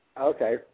Okay